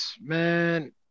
Man